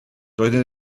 doeddwn